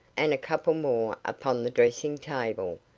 and a couple more upon the dressing-table,